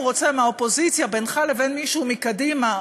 רוצה מהאופוזיציה בינך לבין מישהו מקדימה,